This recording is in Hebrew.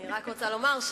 אני רק רוצה לומר,